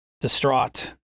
Distraught